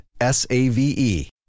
S-A-V-E